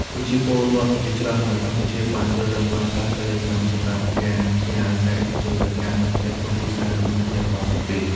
ប្រជាពលរដ្ឋជាច្រើននៅកម្ពុជាបានជ្រើសរើសប្រើប្រាស់ Telegram សម្រាប់ការ ផ្ញើសារឯកជន ទៅកាន់មិត្តភក្តិ ក្រុមគ្រួសារ និងសាច់ញាតិរបស់ពួកគេ។